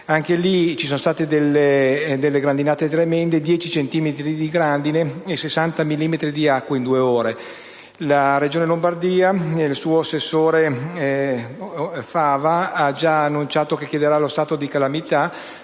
Anche lì ci sono state grandinate tremende: 10 centimetri di grandine e 60 millimetri di acqua in due ore. La Regione Lombardia, tramite il suo assessore Fava, ha già annunciato che chiederà lo stato di calamità,